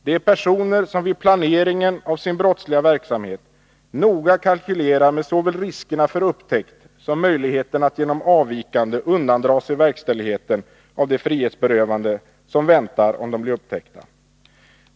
Det är personer som vid planeringen av sin brottsliga verksamhet noga kalkylerar med såväl riskerna för upptäckt som möjligheterna att genom avvikande undandra sig verkställigheten av det frihetsberövande som väntar om de blir upptäckta.